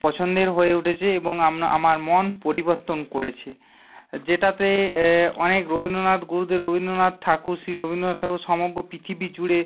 পছন্দের হয়ে উঠেছে এবং আপনা আমার মন পরিবর্তন করেছে যেটাতে অনেক রবীন্দ্রনাথ গুরুদেব রবীন্দ্রনাথ ঠাকুর শ্রী রবীন্দ্রনাথ ঠাকুর সমগ্র পৃথিবী জুড়ে